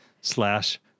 slash